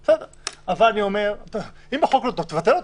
אני אומר, אם החוק לא טוב, תבטל אותו.